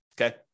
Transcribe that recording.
okay